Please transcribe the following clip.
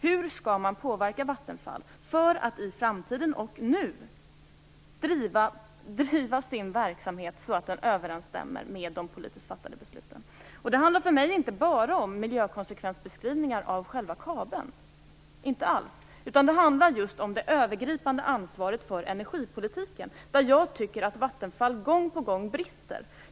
Hur skall man påverka Vattenfall för att det i framtiden och nu driver sin verksamhet så att den överensstämmer med de politiskt fattade besluten? Det handlar för mig inte bara om miljökonsekvensbeskrivningar av själva kabeln. Inte alls. Det handlar just om det övergripande ansvaret för energipolitiken, där jag tycker att Vattenfall gång på gång brister.